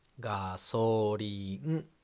gasoline